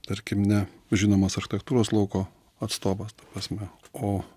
tarkim ne žinomas architektūros lauko atstovas ta prasme o